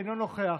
אינו נוכח,